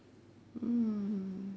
mm